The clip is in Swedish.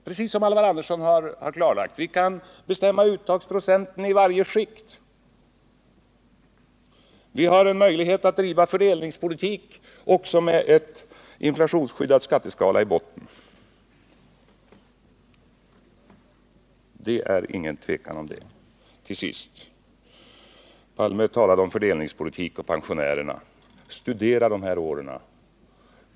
Precis som Alvar Andersson har klarlagt kan vi bestämma uttagsprocenten i varje skikt. Vi har möjlighet att driva fördelningspolitik också med en inflationsskyddad skatteskala i botten. Det är inget tvivel om det. Till sist: Olof Palme talade om fördelningspolitik och pensionärer. Studera de här åren!